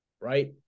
Right